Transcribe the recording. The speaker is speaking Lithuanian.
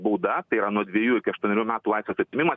bauda tai yra nuo dvejų iki aštuonerių metų laisvės atėmimas